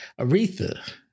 aretha